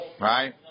right